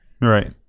Right